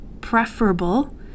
preferable